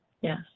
Yes